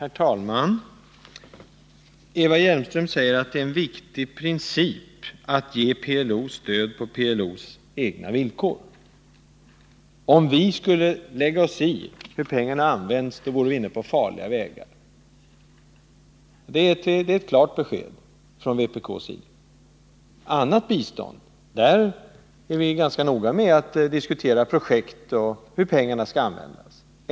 Herr talman! Eva Hjelmström säger att det är en viktig princip att ge PLO stöd på PLO:s egna villkor. Om vi skulle lägga oss i hur pengarna används vore vi inne på farliga vägar! — Det är ett klart besked från vpk. När det gäller annat bistånd är vi ganska noga med att diskutera projekt och hur pengarna skall användas.